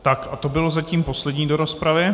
Tak a to bylo zatím poslední do rozpravy.